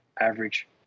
average